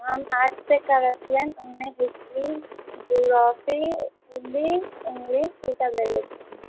हम आर्ट्ससँ करैत छियनि ओहिमे हिस्ट्री जीआग्रफ़ी हिंदी इंग्लिश ईसभ लेने छी हम